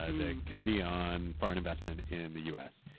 and the committee on foreign investment in the us.